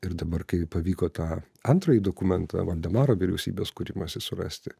ir dabar kai pavyko tą antrąjį dokumentą valdemaro vyriausybės kūrimąsi surasti